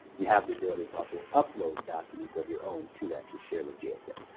you have the ability to also upload documents of your own to that to share with gsa.